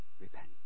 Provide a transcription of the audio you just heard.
repent